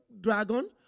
dragon